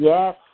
Yes